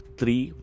three